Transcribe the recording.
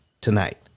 tonight